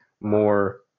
more